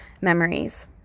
memories